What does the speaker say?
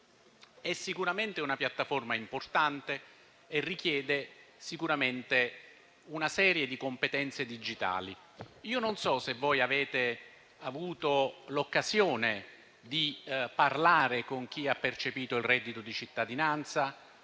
è sicuramente importante, ma richiede una serie di competenze digitali. Non so se voi avete avuto l'occasione di parlare con chi ha percepito il reddito di cittadinanza